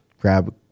grab